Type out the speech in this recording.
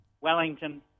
Wellington